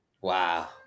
Wow